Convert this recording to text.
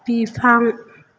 बिफां